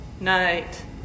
night